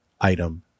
item